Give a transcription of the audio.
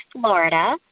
Florida